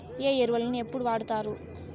ఏ ఎరువులని ఎప్పుడు వాడుతారు?